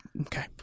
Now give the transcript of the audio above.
Okay